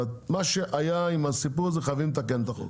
מה שהיה עם הסיפור הזה חייבים לתקן את החוק,